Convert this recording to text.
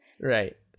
Right